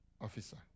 officer